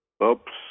oops